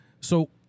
So-